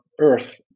Earth